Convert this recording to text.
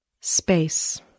Space